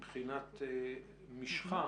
הייתי אומר מבחינת משכה,